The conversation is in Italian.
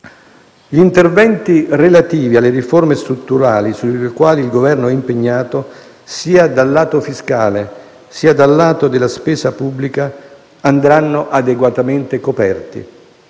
Gli interventi relativi alle riforme strutturali, sui quali il Governo è impegnato dal lato sia fiscale che della spesa pubblica, andranno adeguatamente coperti.